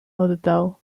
oddał